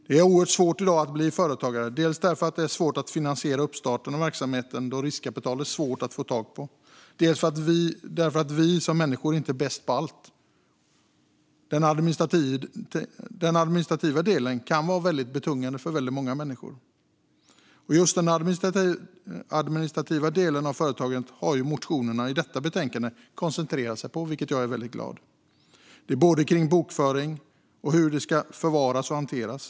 Det är oerhört svårt att bli företagare i dag. Dels är det svårt att finansiera uppstarten av verksamheten då det är svårt att få tag på riskkapital. Dels är vi som människor inte bäst på allt. Den administrativa delen kan vara väldigt betungande för många människor. Just den administrativa delen av företagandet har motionerna som behandlas i betänkandet koncentrerat sig på, vilket gör mig glad. Det handlar om bokföring och hur den ska förvaras och hanteras.